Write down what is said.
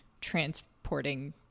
transporting